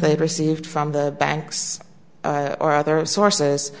they received from the banks or other sources